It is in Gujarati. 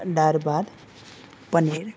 દાળ ભાત પનીર